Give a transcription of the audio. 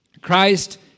Christ